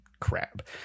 crab